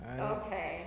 Okay